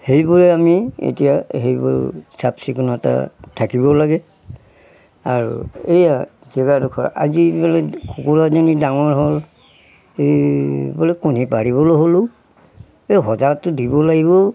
সেইবোৰে আমি এতিয়া সেইবোৰ চাফ চিকুণতা থাকিব লাগে আৰু এয়া জেগাডখৰ আজি বোলে কুকুৰাজনী ডাঙৰ হ'ল এই বোলে কণী পাৰিবলৈ হ'ল ও এই সজাগটো দিব লাগিব ও